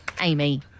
Amy